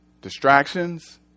Distractions